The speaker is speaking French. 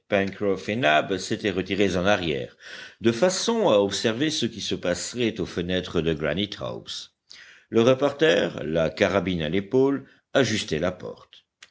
s'étaient retirés en arrière de façon à observer ce qui se passerait aux fenêtres de granite house le reporter la carabine à l'épaule ajustait la porte